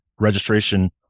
registration